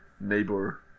neighbor